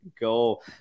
go